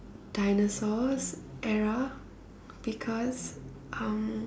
dinosaurs era because um